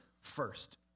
first